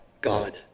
God